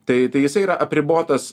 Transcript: tai tai jisai yra apribotas